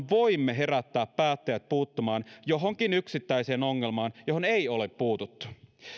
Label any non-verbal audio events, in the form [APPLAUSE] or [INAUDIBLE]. [UNINTELLIGIBLE] voimme herättää päättäjät puuttumaan johonkin yksittäiseen ongelmaan johon ei ole puututtu